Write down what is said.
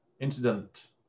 incident